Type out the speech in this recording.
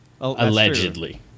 Allegedly